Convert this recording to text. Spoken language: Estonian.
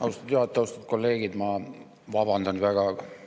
Austatud kolleegid! Ma väga vabandan